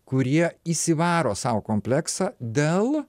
kurie įsivaro sau kompleksą dėl